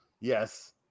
yes